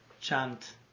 chant